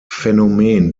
phänomen